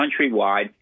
countrywide